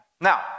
Now